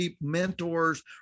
mentors